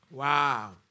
Wow